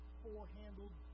four-handled